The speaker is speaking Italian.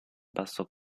basso